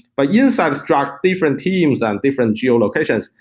but yeah inside strat different themes and different geolocations,